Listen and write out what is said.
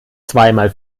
zweimal